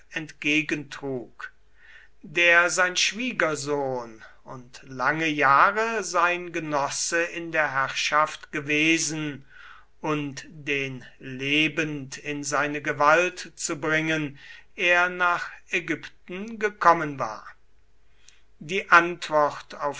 entgegentrug der sein schwiegersohn und lange jahre sein genosse in der herrschaft gewesen und den lebend in seine gewalt zu bringen er nach ägypten gekommen war die antwort